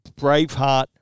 Braveheart